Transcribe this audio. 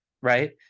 right